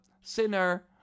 Sinner